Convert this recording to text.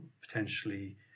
potentially